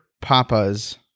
Papas